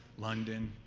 london,